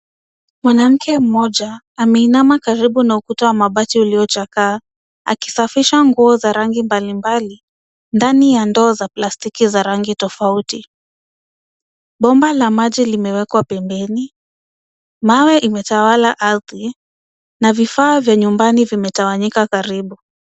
Mwanamke mmoja ameinama karibu na ukuta wa mabati uliochakaa akisafisha nguo za rangi mbalimbali ndani ya ndoo za plastiki za rangi tofauti. Bomba la maji limewekwa pembeni. Mawe imetawala ardhi na vifaa vya nyumbani vimetawanyika karibu.